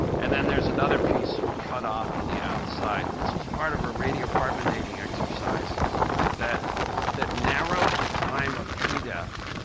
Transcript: and then there's another piece we cut off on the outside. and this was part of a radiocarbon dating exercise that that narrowed the time of tree death.